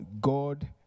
God